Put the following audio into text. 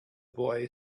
boy